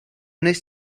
wnest